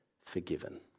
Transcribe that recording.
forgiven